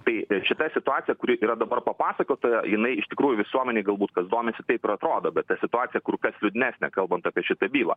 tai šita situacija kuri yra dabar papasakota jinai iš tikrųjų visuomenei galbūt kas domisi taip ir atrodo bet ta situacija kur kas liūdnesnė kalbant apie šitą bylą